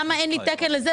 למה אין לי תקן לזה?